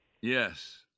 Yes